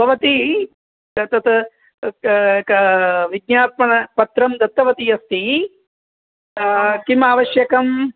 भवती तत् तत् क क विज्ञापनपत्रं दत्तवती अस्ति किमावश्यकं